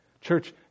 Church